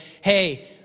hey